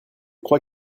crois